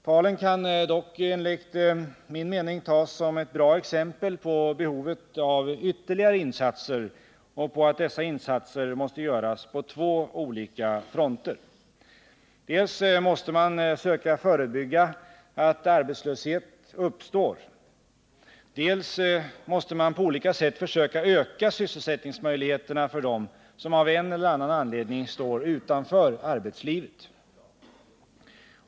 Talen kan dock enligt min mening tas som ett bra exempel på behovet av ytterligare insatser och på att dessa insatser måste göras på två olika fronter. Dels måste man söka förebygga att arbetslöshet uppstår, dels måste man på olika sätt försöka öka sysselsättningsmöjligheterna för dem som av en eller annan anledning står utanför arbetslivet.